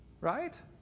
right